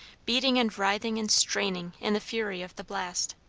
beating and writhing and straining in the fury of the blast.